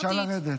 בבקשה לרדת.